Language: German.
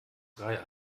drei